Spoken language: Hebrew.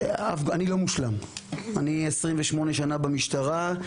אני לא מושלם, אני 28 שנה במשטרה.